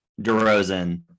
derozan